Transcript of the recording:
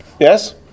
Yes